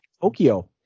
Tokyo